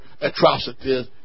atrocities